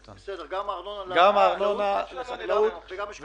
גם ארנונה לחקלאות וגם אשכול 6. גם